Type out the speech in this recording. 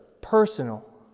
personal